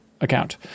account